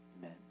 Amen